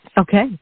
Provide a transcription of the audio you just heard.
Okay